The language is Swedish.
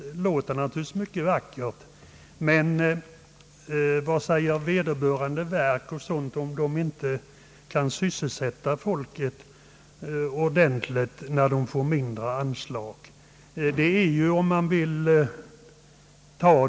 Tanken är naturligtvis mycket god, men frågan är vad ämbetsverken säger om detta, när de inte kan bereda sina anställda full sysselsättning på grund av en minskning av anslagen.